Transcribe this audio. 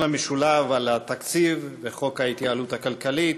המשולב בתקציב ובחוק ההתייעלות הכלכלית.